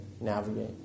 navigate